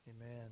Amen